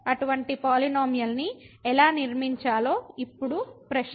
అటువంటి పాలినోమియల్ ని ఎలా నిర్మించాలో ఇప్పుడు ప్రశ్న